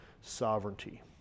sovereignty